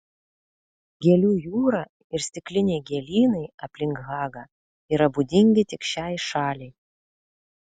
gėlių jūra ir stikliniai gėlynai aplink hagą yra būdingi tik šiai šaliai